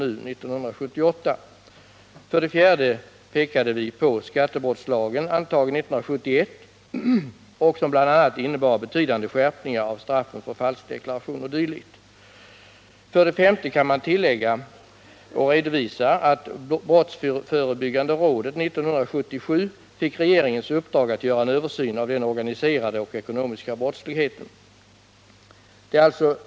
Brottsförebyggande rådet fick 1977 regeringens uppdrag att göra en översyn av den organiserade och ekonomiska brottsligheten.